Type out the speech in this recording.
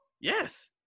Yes